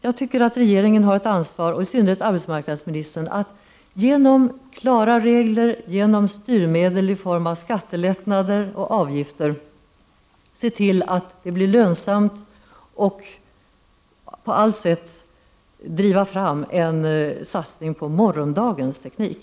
Jag tycker att regeringen, och i synnerhet arbetsmarknadsministern, har ett ansvar att genom klara regler och styrmedel i form av skattelättnader och avgifter se till att det blir lönsamt att utveckla ny teknik och på allt sätt driva fram en satsning på morgondagens teknik.